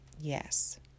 yes